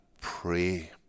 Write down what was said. pray